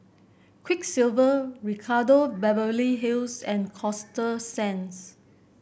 Quiksilver Ricardo Beverly Hills and Coasta Sands